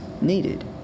needed